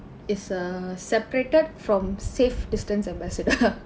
is a separated from safe distance ambassador